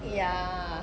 ya